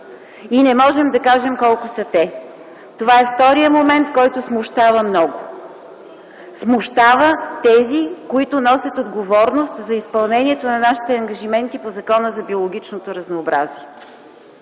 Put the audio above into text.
И не можем да кажем колко са. Това е вторият момент, който много смущава. Смущава тези, които носят отговорност за изпълнението на нашите ангажименти по Закона за биологичното разнообразие.